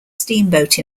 steamboat